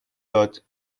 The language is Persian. داد